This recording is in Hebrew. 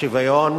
השוויון